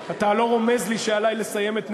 אתה לא רומז לי שעלי לסיים את נאומי,